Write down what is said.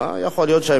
האמת היא,